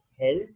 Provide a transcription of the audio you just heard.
help